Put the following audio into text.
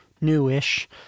newish